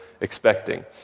expecting